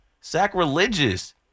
sacrilegious